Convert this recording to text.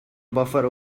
buffer